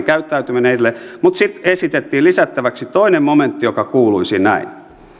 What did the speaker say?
käyttäytyminen mutta sitten esitettiin lisättäväksi toinen momentti joka kuuluisi näin